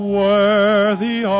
worthy